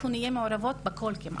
אנחנו נהיה מעורבות בכל כמעט.